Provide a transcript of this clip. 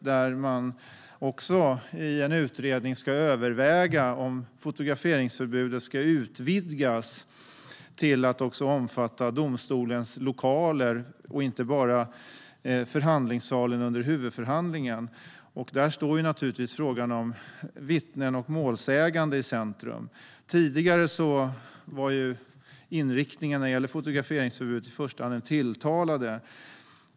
I en utredning ska det också övervägas om fotograferingsförbudet ska utvidgas till att omfatta även domstolens lokaler och inte bara förhandlingssalen under huvudförhandlingen. Här står frågan om vittnen och målsägande i centrum. Tidigare inriktades fotograferingsförbudet i första hand på den tilltalade.